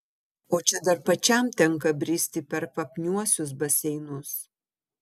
o čia dar pačiam tenka bristi per kvapniuosius baseinus